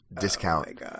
discount